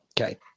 okay